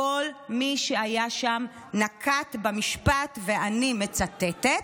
כל מי שהיה שם נקט את המשפט, ואני מצטטת: